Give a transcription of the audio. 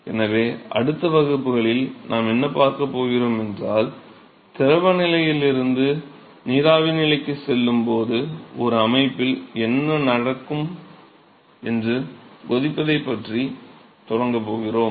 எனவே அடுத்த வகுப்புகளில் நாம் என்ன பார்க்கப் போகிறோமென்றால் திரவ நிலையிலிருந்து நீராவி நிலைக்குச் செல்லும் போது ஒரு அமைப்பில் என்ன நடக்கும் என்று கொதிப்பதைப் பற்றி தொடங்கப் போகிறோம்